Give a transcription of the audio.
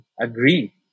agree